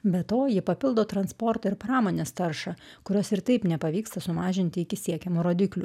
be to ji papildo transporto ir pramonės taršą kurios ir taip nepavyksta sumažinti iki siekiamų rodiklių